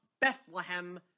Bethlehem